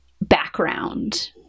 background